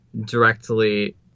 directly